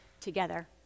together